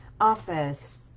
office